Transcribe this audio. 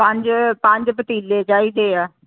ਪੰਜ ਪੰਜ ਪਤੀਲੇ ਚਾਹੀਦੇ ਆ